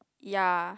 ya